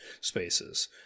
spaces